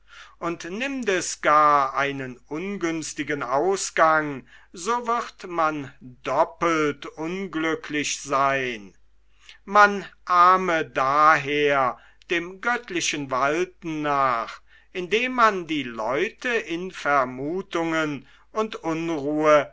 und nimmt es gar einen ungünstigen ausgang so wird man doppelt unglücklich seyn man ahme daher dem göttlichen walten nach indem man die leute in vermuthungen und unruhe